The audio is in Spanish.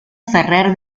ferrer